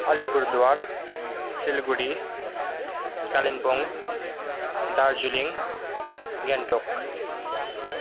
Alipurduar Siliguri Kalimpong Darjeeling Gangtok